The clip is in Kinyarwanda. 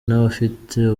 n’abafite